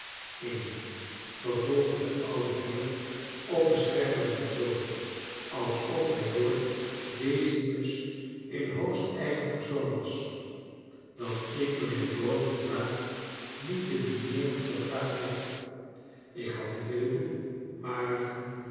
amy vervolgde de oude heer op beschermenden toon alsof hij lord decimus in hoogst eigen persoon was dat ik mijnheer gowan vandaag niet te dineeren gevraagd heb ik had dit willen doen maar